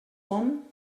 one